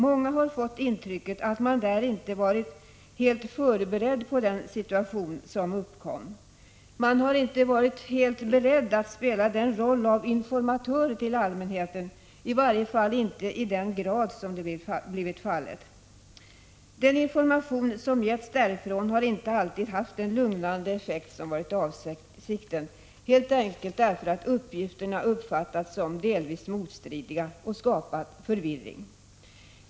Många har fått intrycket att man där inte var helt förberedd på den situation som uppkom. Man var inte beredd att spela rollen av informatör till allmänheten, i varje fall inte i den grad som varit önskvärt. Den information som getts har inte alltid haft den lugnande effekt som varit avsikten, helt enkelt därför att uppgifterna uppfattats som delvis motstridiga och skapat förvirring.